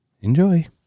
Enjoy